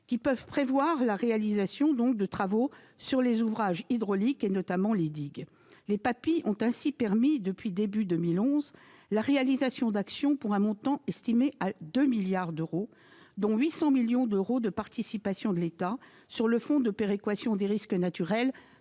s'agit de prévoir la réalisation de travaux sur les ouvrages hydrauliques, notamment les digues. Les PAPI ont ainsi permis, depuis le début de 2011, la réalisation d'actions pour un montant estimé à 2 milliards d'euros, dont 800 millions d'euros de participation de l'État sur le Fonds de prévention des risques naturels